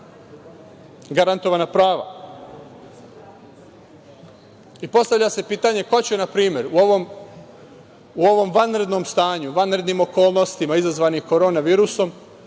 prava. Postavlja se pitanje ko će, na primer, u ovom vanrednom stanju, vanrednim okolnostima izazvanih korona virusom,